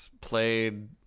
played